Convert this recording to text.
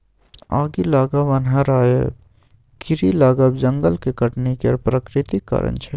आगि लागब, अन्हर आएब, कीरी लागब जंगलक कटनी केर प्राकृतिक कारण छै